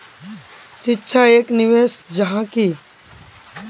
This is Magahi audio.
शिक्षा एक निवेश जाहा की?